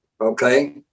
Okay